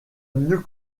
mieux